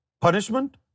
punishment